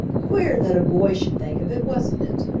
queer that a boy should think of it, wasn't it?